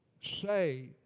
say